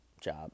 job